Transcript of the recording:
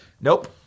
Nope